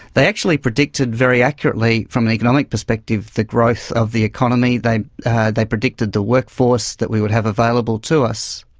they actually predicted very accurately from an economic perspective the growth of the economy, they they predicted the workforce that we would have available to us.